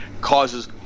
causes